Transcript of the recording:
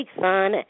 son